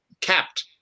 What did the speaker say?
capped